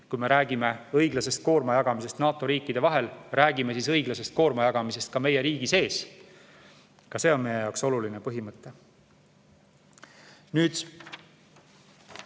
Kui me räägime õiglasest koorma jagamisest NATO riikide vahel, räägime siis õiglasest koorma jagamisest ka meie riigi sees. Ka see on meie jaoks oluline põhimõte.